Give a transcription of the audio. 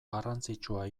garrantzitsua